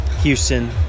Houston